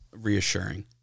reassuring